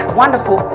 wonderful